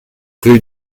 rue